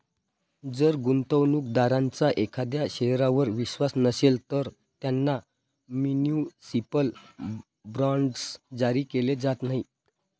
जर गुंतवणूक दारांचा एखाद्या शहरावर विश्वास नसेल, तर त्यांना म्युनिसिपल बॉण्ड्स जारी केले जात नाहीत